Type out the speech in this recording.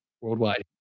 worldwide